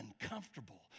uncomfortable